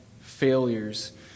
failures